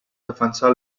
defensar